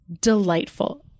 delightful